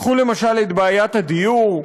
קחו למשל את בעיית הדיור,